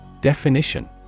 Definition